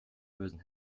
bösen